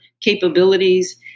capabilities